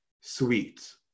sweet